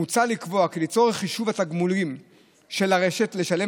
מוצע לקבוע כי לצורך חישוב התגמולים שעל הרשות לשלם